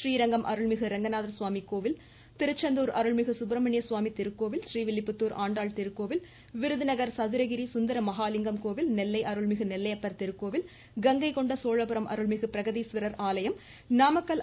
றீரங்கம் அருள்மிகு ரெங்கநாதர் சுவாமி திருக்கோவில் திருச்செந்தூர் அருள்மிகு சுப்ரமணியசுவாமி திருக்கோவில் றீவில்லிப்புத்தூர் விருதுநகர் சதுரகிரி சுந்தர மகாலிங்கம் கோவில் நெல்லை அருள்மிகு நெல்லையப்பர் திருக்கோவில் கங்கை கொண்ட சோழபுரம் அருள்மிகு பிரகதீஸ்வரர் ஆலயம் நாமக்கல்